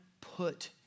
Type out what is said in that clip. put